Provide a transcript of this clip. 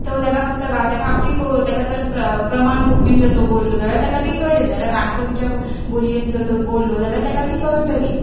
तो तेका फक्त काय तेका आपली को तेका जर प्र प्रमाण कोंकणीन जर तो बोल्लो जाल्यार तेका ती कळटली नाजाल्यार काणकोणच्या बोलयेन जर तो बोल्लो जाल्यार तेका ती कळटली